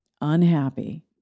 unhappy